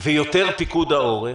ויותר פיקוד העורף,